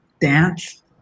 Dance